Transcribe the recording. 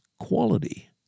quality